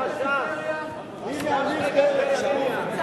ההצעה להסיר מסדר-היום את הצעת חוק דיור ציבורי בפריפריה,